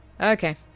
Okay